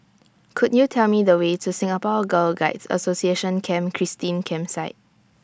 Could YOU Tell Me The Way to Singapore Girl Guides Association Camp Christine Campsite